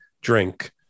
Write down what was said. drink